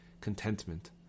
contentment